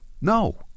No